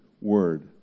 word